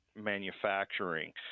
manufacturing